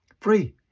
Free